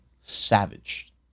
savage